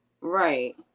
Right